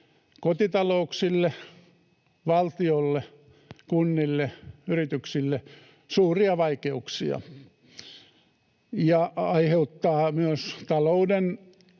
kotitalouksille, valtiolle, kunnille, yrityksille suuria vaikeuksia ja aiheuttaa myös talouden